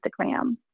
Instagram